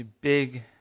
big